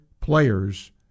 players